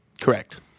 Correct